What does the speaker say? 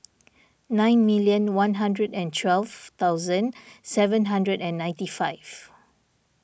nine million one hundred and twelve thousand seven hundred and ninety five